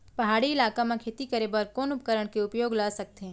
पहाड़ी इलाका म खेती करें बर कोन उपकरण के उपयोग ल सकथे?